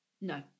no